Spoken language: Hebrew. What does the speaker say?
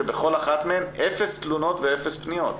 שבכל אחת מהן אפס תלונות ואפס פניות.